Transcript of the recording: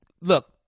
look